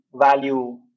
value